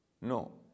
No